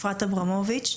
אפרת אברמוביץ',